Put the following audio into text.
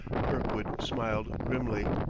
kirkwood smiled grimly,